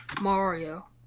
Mario